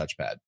touchpad